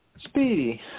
Speedy